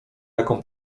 jaką